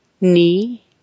knee